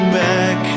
back